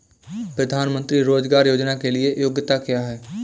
प्रधानमंत्री रोज़गार योजना के लिए योग्यता क्या है?